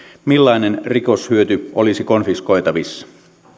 millainen rikoshyöty olisi konfiskoitavissa